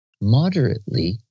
moderately